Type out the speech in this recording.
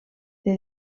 del